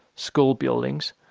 school buildings,